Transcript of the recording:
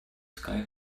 sky